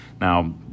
Now